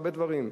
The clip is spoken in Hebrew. הרבה דברים.